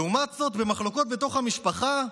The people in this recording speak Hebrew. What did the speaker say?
לעומת זאת, במחלוקות בתוך המשפחה,